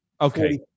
Okay